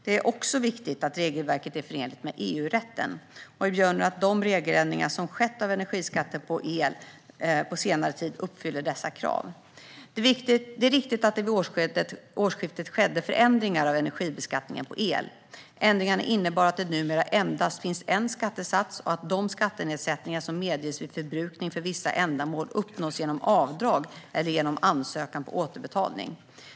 Det är också viktigt att regelverket är förenligt med EU-rätten. Jag bedömer att de regeländringar som skett av energiskatten på el på senare tid uppfyller dessa krav. Det är riktigt att det vid årsskiftet skedde förändringar av energibeskattningen på el. Ändringarna innebar att det numera endast finns en skattesats och att de skattenedsättningar som medges vid förbrukning för vissa ändamål uppnås genom avdrag eller genom ansökan om återbetalning.